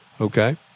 Okay